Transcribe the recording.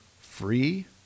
free